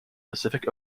pacific